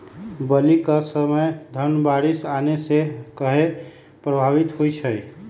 बली क समय धन बारिस आने से कहे पभवित होई छई?